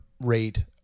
rate